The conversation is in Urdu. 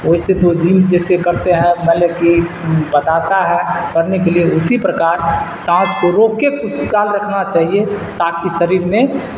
ویسے تو جم جیسے کرتے ہیں مان لیں کہ بتاتا ہے کرنے کے لیے اسی پرکار سانس کو روک کے کچھ کال رکھنا چاہیے تاکہ شریر میں